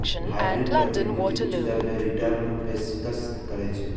hybrid प्रतिभूति उच्च दर मे रिटर्नक पेशकश करै छै